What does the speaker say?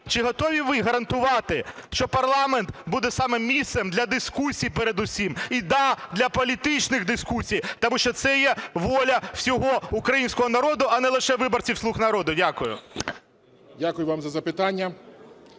Чи готові ви гарантувати, що парламент буде саме місцем для дискусій передусім, і, да, для політичних дискусій? Тому що це є воля всього українського народу, а не лише виборців "Слуга народу". Дякую. 14:09:00 СТЕФАНЧУК